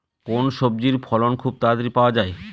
কোন সবজির ফলন খুব তাড়াতাড়ি পাওয়া যায়?